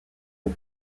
aux